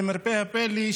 למרבה הפלא,